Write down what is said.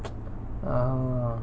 oh